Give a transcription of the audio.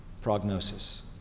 prognosis